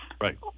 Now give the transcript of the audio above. right